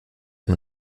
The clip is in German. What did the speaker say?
man